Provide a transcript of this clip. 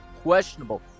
questionable